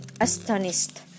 Astonished